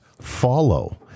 follow